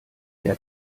der